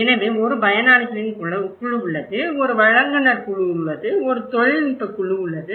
எனவே ஒரு பயனாளிகளின் குழு உள்ளது ஒரு வழங்குநர் குழு உள்ளது ஒரு தொழில்நுட்ப குழு உள்ளது